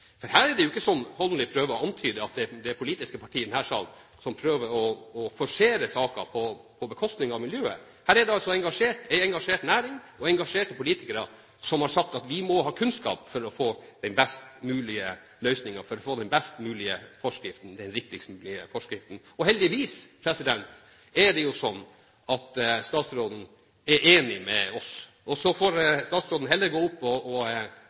For her er det ikke slik som Holmelid prøver å antyde, at det er de politiske partiene i denne salen som prøver å forsere saken på bekostning av miljøet. Her er det en engasjert næring og engasjerte politikere som har sagt at de må ha kunnskap for å få den best mulige løsningen, for å få den best mulige forskriften, den riktigste forskriften. Heldigvis er det slik at statsråden er enig med oss, og så får statsråden heller gå opp og